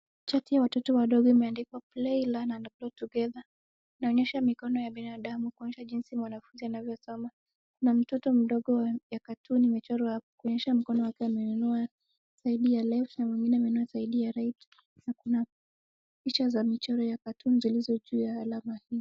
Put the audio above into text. Chati ya watoto wadogo imeandikwa play, learn and grow together inaonyesha mikono ya binadamu kuonyesha jinsi mwanafunzi anavyosoma. Kuna mtoto mdogo ya cartoon imechorwa hapo, kuonyesha mkono wake ameinua side ya left na mwengine ameinua side ya right na kuna picha za michoro ya cartoon zilizo juu ya alama hii.